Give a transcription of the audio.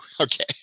Okay